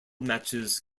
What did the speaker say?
matches